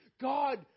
God